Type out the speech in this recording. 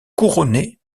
couronnée